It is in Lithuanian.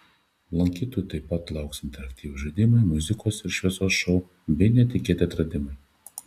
lankytojų taip pat lauks interaktyvūs žaidimai muzikos ir šviesos šou bei netikėti atradimai